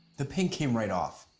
the pink came right off.